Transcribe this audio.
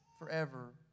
forever